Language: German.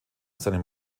seinem